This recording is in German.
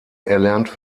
erlernt